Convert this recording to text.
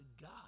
God